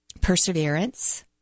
perseverance